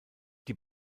die